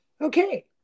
okay